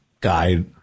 guide